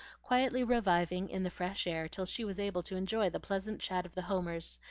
quietly reviving in the fresh air till she was able to enjoy the pleasant chat of the homers,